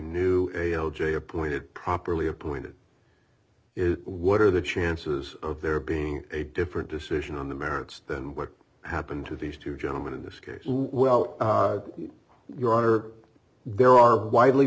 new a o j appointed properly appointed it what are the chances of there being a different decision on the merits than what happened to these two gentlemen in this case well your honor there are widely